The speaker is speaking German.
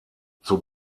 zum